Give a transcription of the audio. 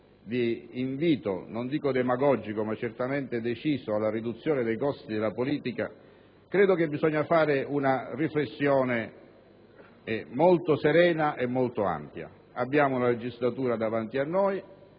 l'invito - non dico demagogico, ma certamente deciso - alla riduzione dei costi della politica, credo che bisogna fare una riflessione molto serena e ampia. Abbiamo una legislatura davanti a noi